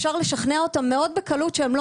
אפשר לשכנע אותם מאוד בקלות שהם לא